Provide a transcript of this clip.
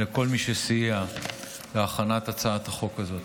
לכל מי שסייע בהכנת הצעת החוק הזאת.